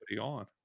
on